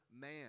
man